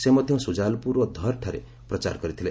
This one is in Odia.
ସେ ମଧ୍ୟ ସୁଜାଲପୁର ଓ ଧର୍ଠାରେ ପ୍ରଚାର କରିଥିଲେ